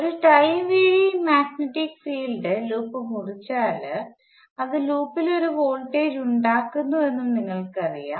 ഒരു time varying magnetic field loop മുറിച്ചാൽ അത് ലൂപ്പിൽ ഒരു വോൾട്ടേജ് ഉണ്ടാക്കുന്നുവെന്ന് നിങ്ങൾക്കറിയാം